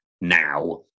now